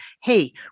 Hey